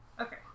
Okay